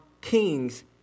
kings